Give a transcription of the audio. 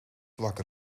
wakker